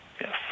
Yes